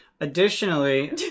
Additionally